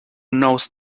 knows